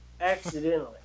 accidentally